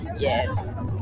Yes